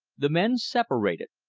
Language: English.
the men separated.